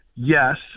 Yes